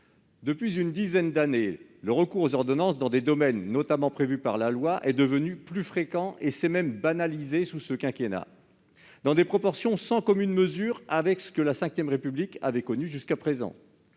Depuis une dizaine d'années, le recours aux ordonnances dans des domaines relevant normalement de la loi est devenu plus fréquent ; il s'est même banalisé durant ce quinquennat dans des proportions sans commune mesure avec ce que la V République avait connu jusqu'à présent.